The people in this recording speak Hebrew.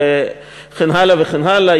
וכן הלאה וכן הלאה.